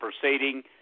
proceeding